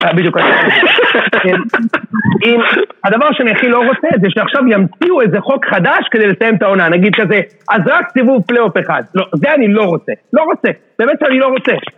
בדיוק. הדבר שאני הכי לא רוצה זה שעכשיו ימציאו איזה חוק חדש כדי לסיים את העונה. נגיד כזה, אז רק סיבוב פלייאופ אחד, זה אני לא רוצה, לא רוצה, באמת שאני לא רוצה.